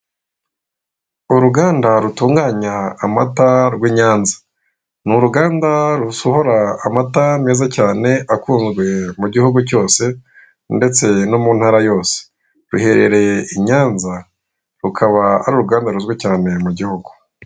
Uruganda rutunganya amata rw'i Nyanza. Ni uruganda rusohora amata meza cyane, akunzwe mu gihugu cyose, ndeste no mu ntara yose. Ruherereye i Nyanza, rukaba ari uruganda ruzwi cyane mu gihugu.